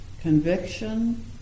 Conviction